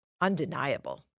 undeniable